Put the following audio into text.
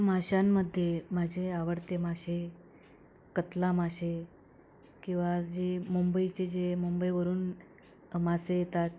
माशांमध्ये माझे आवडते मासे कतला मासे किंवा जे मुंबईचे जे मुंबईवरून मासे येतात